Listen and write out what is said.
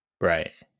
Right